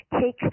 take